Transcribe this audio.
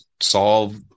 solve